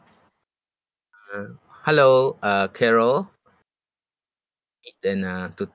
uh hello uh carol then uh to